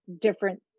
different